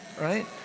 right